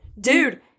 Dude